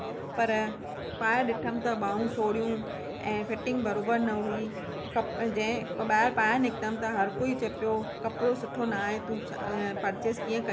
पर पाए ॾिठमि त ॿांहूं सोढ़ियूं ऐं फ़िटिंग बरोबरि न हुई ॿाहिरि पाए निकितमि त हर कोई चए पियो कपिड़ो सुठो न आहे तूं परचेज़ कीअं कई अथई